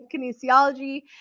Kinesiology